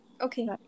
Okay